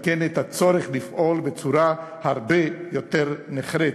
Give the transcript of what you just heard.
ועל כן את הצורך לפעול בצורה הרבה יותר נחרצת.